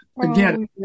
Again